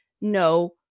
No